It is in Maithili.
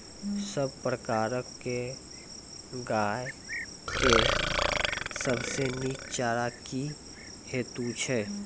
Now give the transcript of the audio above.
सब प्रकारक गाय के सबसे नीक चारा की हेतु छै?